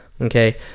Okay